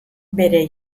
bere